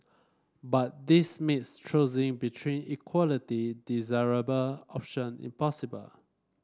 but this makes choosing between equality desirable option impossible